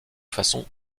façon